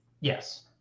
Yes